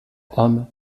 hommes